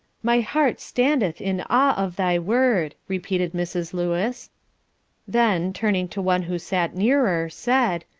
my heart standeth in awe of thy word, repeated mrs. lewis then, turning to one who sat near her, said,